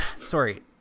Sorry